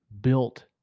built